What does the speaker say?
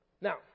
Now